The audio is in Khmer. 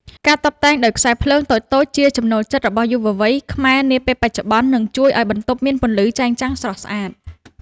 ការតុបតែងដោយខ្សែភ្លើងតូចៗជាចំណូលចិត្តរបស់យុវវ័យខ្មែរនាពេលបច្ចុប្បន្ន និង ជួយឱ្យបន្ទប់មានពន្លឺចែងចាំងស្រស់ស្អាត។